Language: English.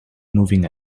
moving